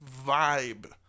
vibe